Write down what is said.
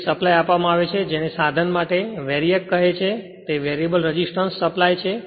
તેથી આ સપ્લાય આપવામાં આવે છે જેને સાધન માટે VARIAC કહે છે જે વેરિએબલ રેસિસ્ટન્સ સપ્લાય છે